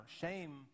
shame